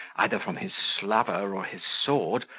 either from his slaver or his sword,